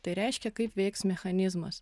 tai reiškia kaip veiks mechanizmas